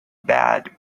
bad